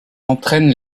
entraîne